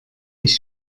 ich